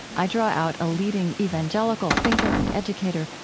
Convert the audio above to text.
i draw out a leading evangelical thinker and educator,